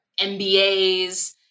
MBAs